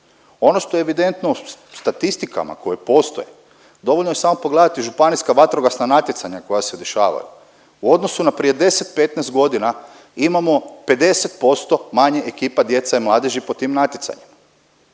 Ono što je evidentno u statistikama koje postoje, dovoljno je samo pogledati Županijska vatrogasna natjecanja koja se dešavaju u odnosu na prije 10, 15 godina imamo 50% manje ekipa djece mladeži po tim natjecanjima.